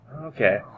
Okay